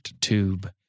tube